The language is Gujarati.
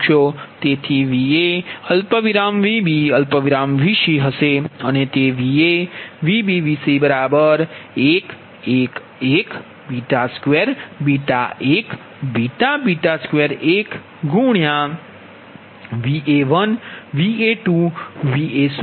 તેથી તે Va Vb Vc હશે અને તેVa Vb Vc 1 1 1 2 1 2 1 Va1 Va2 Va0